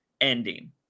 ending